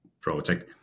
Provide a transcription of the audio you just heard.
project